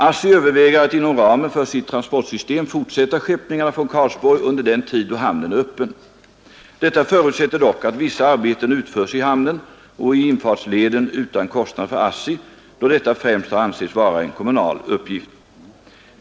ASSI överväger att inom ramen för sitt transportsystem fortsätta skeppningarna från Karlsborg under den tid då hamnen är öppen. Detta förutsätter dock att vissa arbeten utförs i hamnen och i infartsleden utan kostnad för ASSI, då detta främst har ansetts vara en kommunal uppgift.